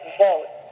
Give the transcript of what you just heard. vote